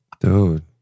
dude